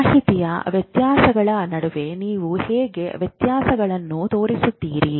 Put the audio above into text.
ಮಾಹಿತಿಯ ವ್ಯತ್ಯಾಸಗಳ ನಡುವೆ ನೀವು ಹೇಗೆ ವ್ಯತ್ಯಾಸವನ್ನು ತೋರಿಸುತ್ತೀರಿ